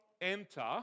enter